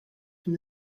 from